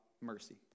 mercy